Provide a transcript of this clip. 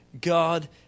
God